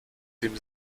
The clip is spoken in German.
dem